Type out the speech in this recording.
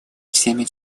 всеми